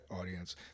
audience